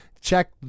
Check